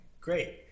great